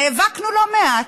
נאבקנו לא מעט,